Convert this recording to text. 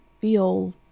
feel